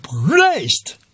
raised